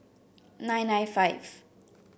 nine nine five